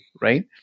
right